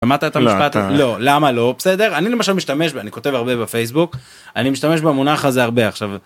שמעת את המשפט... לא, למה לא? בסדר? אני למשל משתמש, ואני כותב הרבה בפייסבוק, אני משתמש במונח הזה הרבה עכשיו.